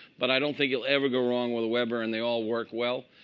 but i don't think you'll ever go wrong with a weber. and they all work well.